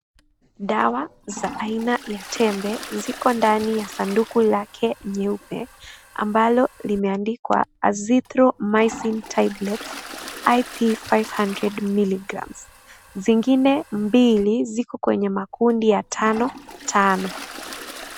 Dawa ya aina ya tembe zipo ndani ya kisanduku lake nyeupe ambalo limeandikwa Azintromycin tablet IP 500mg.zingine mbili ziko kwenye makundi ya tano tano.